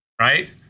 right